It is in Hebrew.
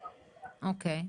אוקי.